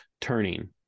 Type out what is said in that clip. turning